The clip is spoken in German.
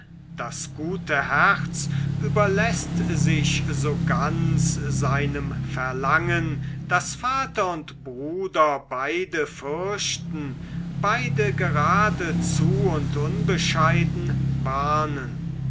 das gute herz überläßt sich so ganz seinem verlangen daß vater und bruder beide fürchten beide geradezu und unbescheiden warnen